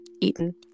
eaten